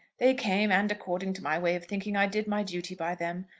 they came, and according to my way of thinking i did my duty by them.